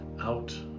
out